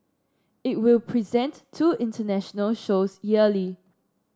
it will present two international shows yearly